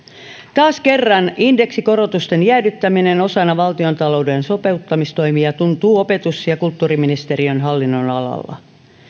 taas kerran indeksikorotusten jäädyttäminen osana valtiontalouden sopeuttamistoimia tuntuu opetus ja kulttuuriministeriön hallinnonalalla